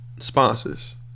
sponsors